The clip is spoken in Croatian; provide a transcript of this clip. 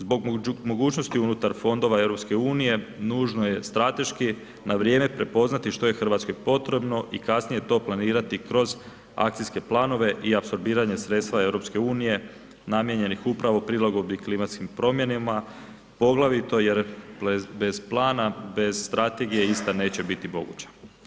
Zbog mogućnosti unutar Fondova Europske unije nužno je strateški na vrijeme prepoznati što je Hrvatskoj potrebno i kasnije to planirati kroz Akcijske planove i apsorbiranje sredstva Europske unije namijenjenih upravo prilagodbi klimatskim promjenama, poglavito jer bez Plana, bez Strategije, ista neće biti moguća.